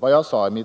Vad jag sade i min